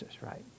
right